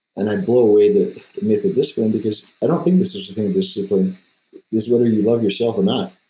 and i blow away the myth of discipline because i don't think there's such a thing as discipline. it's whether you love yourself or not.